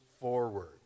forward